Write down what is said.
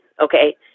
okay